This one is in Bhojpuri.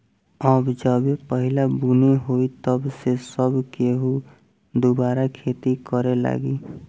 अब जबे पहिला बुनी होई तब से सब केहू दुबारा खेती करे लागी